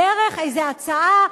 דרך איזו הצעה,